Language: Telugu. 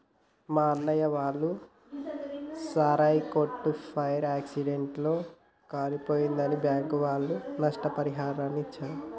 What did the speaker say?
మా అన్నయ్య వాళ్ళ సారాయి కొట్టు ఫైర్ యాక్సిడెంట్ లో కాలిపోయిందని బ్యాంకుల వాళ్ళు నష్టపరిహారాన్ని ఇచ్చిర్రు